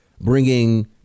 bringing